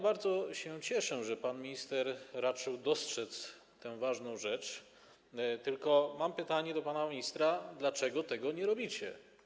Bardzo się cieszę, że pan minister raczył dostrzec tę ważną rzecz, tylko mam pytanie do pana ministra: Dlaczego tego nie robicie?